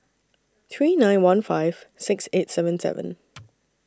three nine one five six eight seven seven